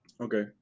Okay